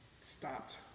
stopped